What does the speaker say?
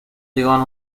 llegaban